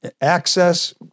access